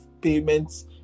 payments